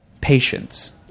Patience